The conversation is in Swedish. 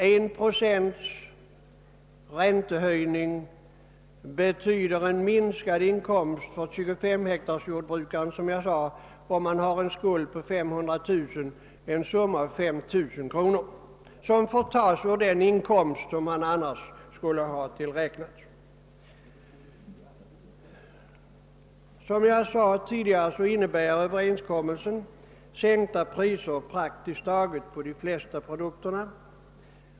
En räntehöjning med 1 procent betyder för 25 hektarsjordbrukaren en inkomstminskning, om han har en skuld på 500 000 kronor, med 5 000 kronor, eftersom han får ta detta belopp ur den inkomst han annars skulle ha erhållit. Som jag tidigare sade innebär överenskommelsen sänkta priser på de flesta produkterna.